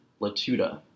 Latuda